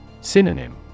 Synonym